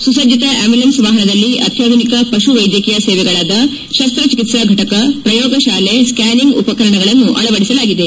ಸುಸಜ್ಜತ ambulance ವಾಹನದಲ್ಲಿ ಆತ್ಯಾಧುನಿಕ ಪಶು ವೈದ್ಯಕೀಯ ಸೇವೆಗಳಾದ ಶಸ್ತಚಿಕಿತ್ಸಾ ಫಟಕ ಪ್ರಯೋಗಶಾಲೆ ಸ್ನಾನಿಂಗ್ ಉಪಕರಣಗಳನ್ನು ಅಳವಡಿಸಲಾಗಿದೆ